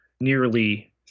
nearly